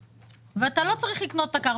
הבית ואתה לא צריך לקנות את הקרקע,